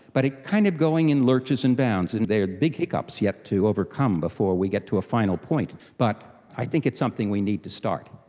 but ah kind of going in lurches and bounds and there are big hiccups yet to overcome before we get to a final point, but i think it's something we need to start.